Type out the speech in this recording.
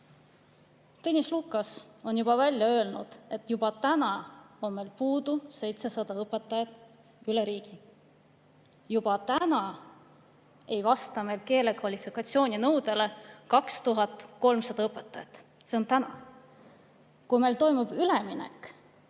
Tõnis Lukas on öelnud, et juba täna on meil puudu 700 õpetajat üle riigi. Juba täna ei vasta meil keeleoskuse poolest kvalifikatsiooninõudele 2300 õpetajat. Nii on täna. Kui toimub üleminek